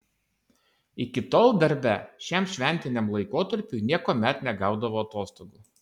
iki tol darbe šiam šventiniam laikotarpiui niekuomet negaudavo atostogų